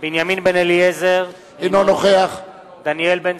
בנימין בן-אליעזר, אינו נוכח דניאל בן-סימון,